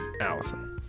allison